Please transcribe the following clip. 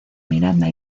miranda